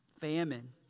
famine